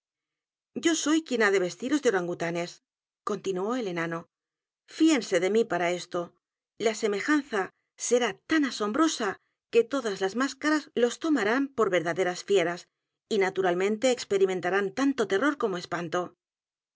ya soy quien ha de vestiros de orangutanes continuó el enano fíense de mí para esto la semejanza será tan asombrosa que todas las máscaras los tomarán por verdaderas fieras y naturalmente experimentarn tanto terror como espanto